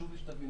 חשוב לי שתבינו.